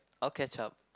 I'll catch up